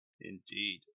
Indeed